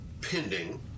pending